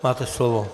Máte slovo.